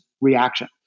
reaction